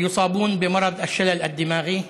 חוק זה הוא חוק חברתי ממדרגה ראשונה,